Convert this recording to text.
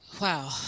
Wow